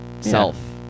self